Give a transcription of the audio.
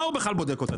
מה הוא בכלל בודק אותה,